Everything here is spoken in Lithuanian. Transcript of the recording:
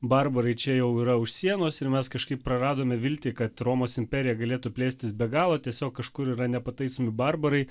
barbarai čia jau yra už sienos ir mes kažkaip praradome viltį kad romos imperija galėtų plėstis be galo tiesiog kažkur yra nepataisomi barbarai